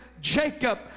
Jacob